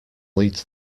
leads